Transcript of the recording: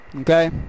okay